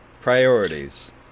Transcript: priorities